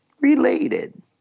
Related